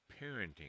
parenting